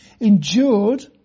endured